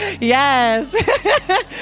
yes